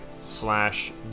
slash